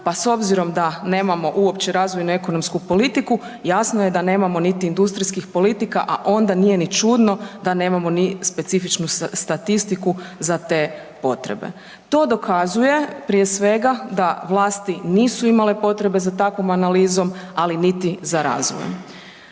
Pa s obzirom da nemamo uopće razvojnu ekonomsku politiku jasno je da nemamo niti industrijskih politika, a onda nije ni čudno da nemamo ni specifičnu statistiku za te potrebe. To dokazuje prije svega da vlasti nisu imale potrebe za takvom analizom, ali niti za razvojem.